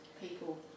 people